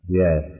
yes